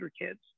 kids